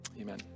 amen